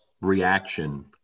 reaction